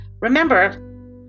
Remember